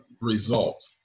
result